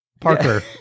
Parker